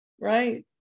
Right